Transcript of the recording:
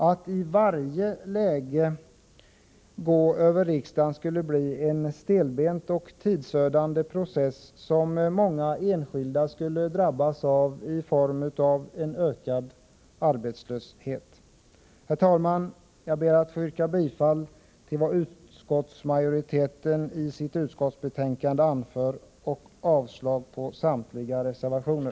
Att i varje läge gå över riksdagen skulle bli en stelbent och tidsödande process, som många enskilda skulle drabbas av i form av ökad arbetslöshet. Herr talman! Jag ber att få yrka bifall till vad utskottsmajoriteten i betänkandet föreslår och avslag på samtliga reservationer.